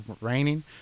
raining